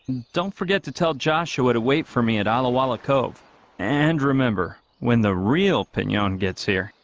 don't forget to tell joshua to wait for me at ala walla cove and remember when the real pinyon gets here.